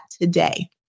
today